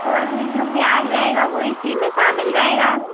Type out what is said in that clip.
और जो ब्याज रहेगा वो इसी में शामिल रहेगा